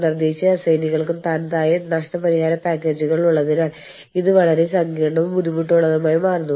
തൊഴിൽ സുരക്ഷയെയും ആരോഗ്യത്തെയും കുറിച്ച് എവിടെ ഏത് രാജ്യമാണ് പറയുന്നത് എന്താണ് പറയുന്നത് എന്ന് നമ്മൾ കണ്ടെത്തേണ്ടതുണ്ട്